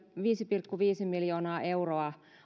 viisi pilkku viisi miljoonaa euroa